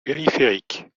périphériques